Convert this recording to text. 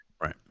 Right